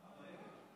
חמש דקות